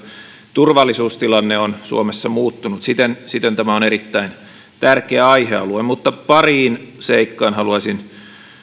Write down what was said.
turvallisuustilanne on suomessa muuttunut siten siten tämä on erittäin tärkeä aihealue mutta pariin seikkaan haluaisin